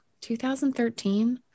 2013